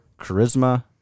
charisma